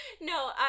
No